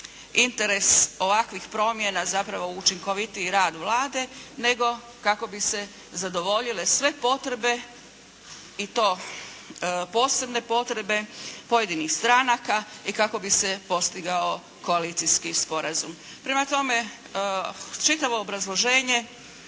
interes ovakvih promjena zapravo učinkovitiji rad Vlade nego kako bi se zadovoljile sve potrebe i to posebne potrebe pojedinih stranaka i kako bi se postigao koalicijski sporazum. Prema tome čitavo obrazloženje